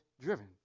driven